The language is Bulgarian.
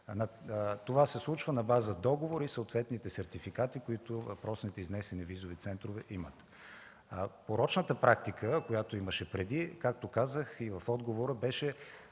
Това се случва на база договор и съответните сертификати, които въпросните изнесени визови центрове имат. Порочната практика, която имаше преди, както казах и в отговора беше